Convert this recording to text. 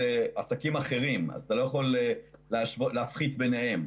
אלה עסקים אחרים ולכן אתה לא יכול להפחית ביניהם.